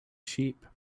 sheep